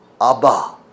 Abba